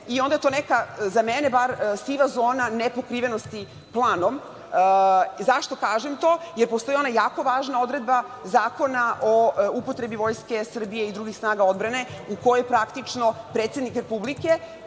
i onda je to, za mene bar, siva zona nepokrivenosti planom. Zašto to kažem, jer postoji ona jako važna odredba Zakona o upotrebi Vojske Srbije i drugih snaga odbrane u kojoj praktično predsednik Republike,